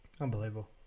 Unbelievable